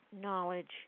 knowledge